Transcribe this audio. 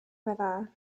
river